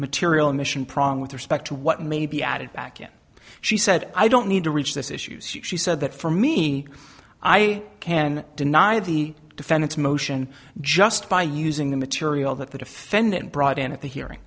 material mission prong with respect to what may be added back in she said i don't need to reach this issues she said that for me i can deny the defendant's motion just by using the material that the defendant brought in at the hearing